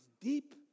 deep